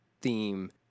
theme